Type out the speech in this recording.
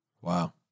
wow